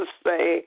say